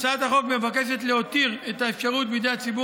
הצעת החוק מבקשת להותיר את האפשרות בידי הציבור